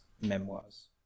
memoirs